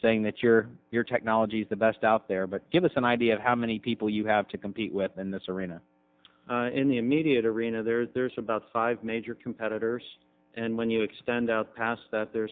saying that your your technology is the best out there but give us an idea of how many people you have to compete with in this arena in the immediate arena there's about five major competitors and when you extend out past th